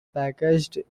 packaged